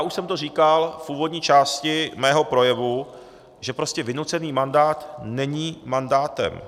Už jsem to říkal v úvodní části svého projevu, že prostě vynucený mandát není mandátem.